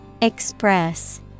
Express